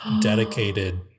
dedicated